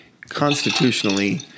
constitutionally